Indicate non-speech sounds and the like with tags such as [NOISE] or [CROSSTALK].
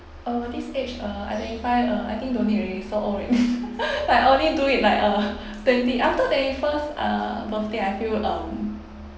uh this age uh identify uh I think don't already so old already [LAUGHS] I only do it like uh twenty after twenty first uh birthday I feel um